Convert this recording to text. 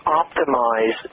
optimize